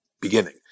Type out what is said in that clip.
beginning